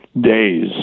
days